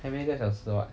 还没一个小时 what